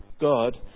God